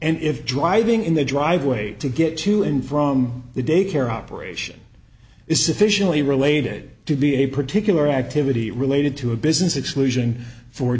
and if driving in the driveway to get to and from the daycare operation is sufficiently related to be a particular activity related to a business exclusion for